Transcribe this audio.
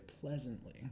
pleasantly